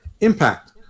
Impact